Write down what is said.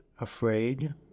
afraid